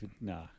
Nah